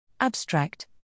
Abstract